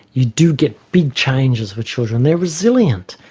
you do get big changes with children. they're resilient.